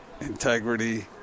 integrity